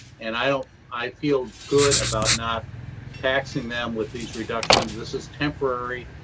and i i feel good about not taxing them with these reductions. this is temporary.